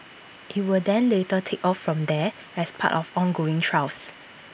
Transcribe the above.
IT will then later take off from there as part of ongoing trials